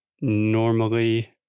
normally